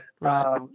right